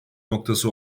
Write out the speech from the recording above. noktası